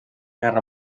guerra